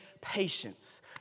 patience